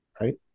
right